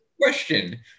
question